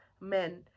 men